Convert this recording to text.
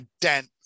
dent